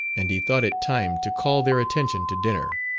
and he thought it time to call their attention to dinner,